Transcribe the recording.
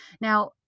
Now